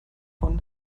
von